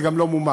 וגם לא מומש.